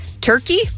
Turkey